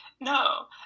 no